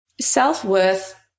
Self-worth